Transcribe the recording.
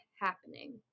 happening